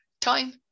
time